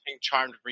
charmed